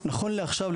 נכון לעכשיו,